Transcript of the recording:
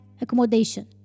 accommodation